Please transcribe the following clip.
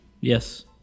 Yes